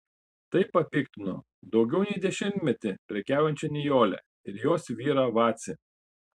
tai papiktino daugiau nei dešimtmetį prekiaujančią nijolę ir jos vyrą vacį